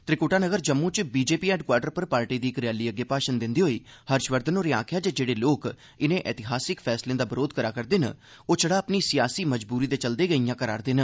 त्रिकुटा नगर जम्मू च BJP headquarter पर party दी इक रैली अग्गे भाषण दिंदे होई हर्षवर्धन होरें आखेआ जे जेह्डे लोक इनें ऐतिहासिक फैसलें दा बरोघ करा'रदे न ओह् छड़ा अपनी सियासी मजबूरी दे चलदे गै ईआं करा करदे न